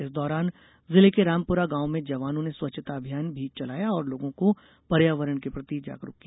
इस दौरान जिले के रामपुरा गांव में जवानों ने स्वच्छता अभियान भी चलाया और लोगों को पर्यावरण के प्रति जागरूक किया